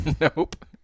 Nope